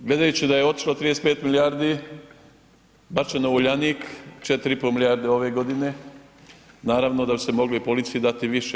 Gledajući da je otišli 35 milijardi, bačeno u Uljanik, 4,5 milijarde ove godine, naravno da se moglo i policiji dati više.